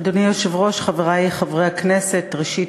אדוני היושב-ראש, חברי חברי הכנסת, ראשית,